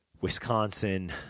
Wisconsin